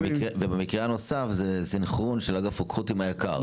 במקרה הנוסף, זה סנכרון של אגף רוקחות עם היק"ר.